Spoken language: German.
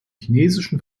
chinesischen